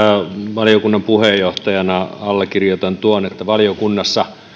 valiokunnan puheenjohtajana allekirjoitan tuon että valiokunnassa